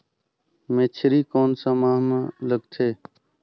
मेझरी कोन सा माह मां लगथे